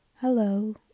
Hello